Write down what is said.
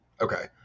Okay